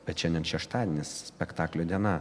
bet šiandien šeštadienis spektaklio diena